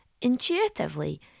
Intuitively